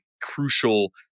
crucial